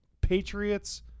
Patriots